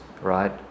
right